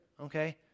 okay